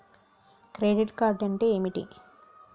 Credit card అంటే ఏమిటి?